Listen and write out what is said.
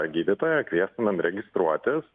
gydytoją kviestumėm registruotis